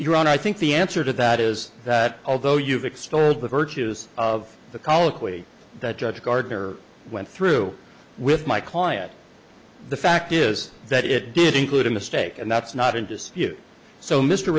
honor i think the answer to that is that although you've extolled the virtues of the colloquy that judge gardner went through with my client the fact is that it did include a mistake and that's not in dispute so mr